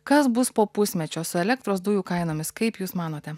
kas bus po pusmečio su elektros dujų kainomis kaip jūs manote